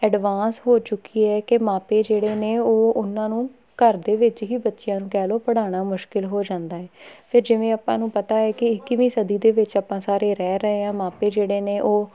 advance ਹੋ ਚੁੱਕੀ ਹੈ ਕਿ ਮਾਪੇ ਜਿਹੜੇ ਨੇ ਉਹ ਉਹਨਾਂ ਨੂੰ ਘਰ ਦੇ ਵਿੱਚ ਹੀ ਬੱਚਿਆਂ ਨੂੰ ਕਹਿ ਲਓ ਪੜ੍ਹਾਉਣਾ ਮੁਸ਼ਕਿਲ ਹੋ ਜਾਂਦਾ ਹੈ ਫਿਰ ਜਿਵੇਂ ਆਪਾਂ ਨੂੰ ਪਤਾ ਹੈ ਕਿ ਇੱਕੀਵੀਂ ਸਦੀ ਦੇ ਵਿੱਚ ਆਪਾਂ ਸਾਰੇ ਰਹਿ ਰਹੇ ਹਾਂ ਮਾਪੇ ਜਿਹੜੇ ਨੇ ਉਹ